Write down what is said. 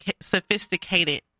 sophisticated